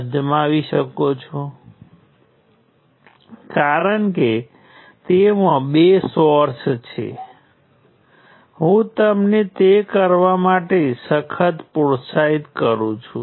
પ્રથમ પ્રકારનો નિયંત્રણ સ્ત્રોત આપણે વોલ્ટેજ નિયંત્રણ કરંટ સ્ત્રોતને ધ્યાનમાં લઈશું